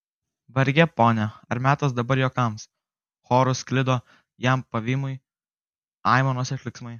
varge pone ar metas dabar juokams choru sklido jam pavymui aimanos ir klyksmai